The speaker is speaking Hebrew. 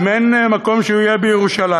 אם אין מקום שהוא יהיה בירושלים,